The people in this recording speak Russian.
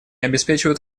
обеспечивают